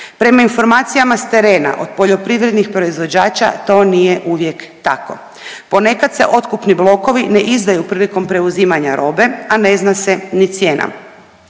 Prema informacijama s terena od poljoprivrednih proizvođača to nije uvijek tako. ponekad se otkupni blokovi ne izdaju prilikom preuzimanja robe, a ne zna se ni cijena.